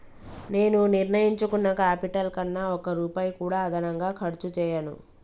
నేను నిర్ణయించుకున్న క్యాపిటల్ కన్నా ఒక్క రూపాయి కూడా అదనంగా ఖర్చు చేయను